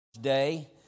day